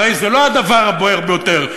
הרי זה לא הדבר הבוער ביותר,